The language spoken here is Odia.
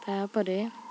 ତା'ପରେ